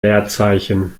leerzeichen